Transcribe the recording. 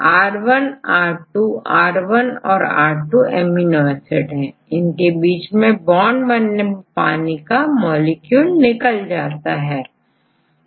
R1 और R2 amino acid है इनके बीच में बॉन्ड बनने पर एक पानी का मॉलिक्यूल बाहर निकल जाता है